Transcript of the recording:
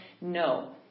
No